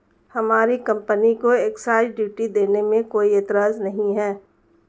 हमारी कंपनी को excise duty देने में कोई एतराज नहीं है